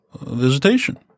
visitation